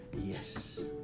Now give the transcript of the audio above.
Yes